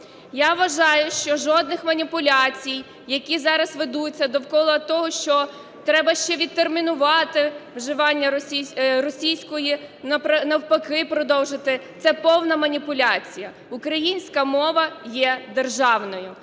Я вважаю, що жодних маніпуляцій, які зараз ведуться довкола того, що треба ще відтермінувати, вживання російської навпаки продовжити, – це повна маніпуляція. Українська мова є державною.